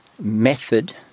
method